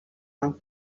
van